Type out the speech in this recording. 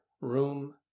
room